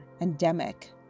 endemic